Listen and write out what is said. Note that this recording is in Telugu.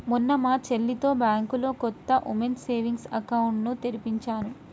మొన్న మా చెల్లితో బ్యాంకులో కొత్త ఉమెన్స్ సేవింగ్స్ అకౌంట్ ని తెరిపించాను